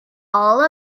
all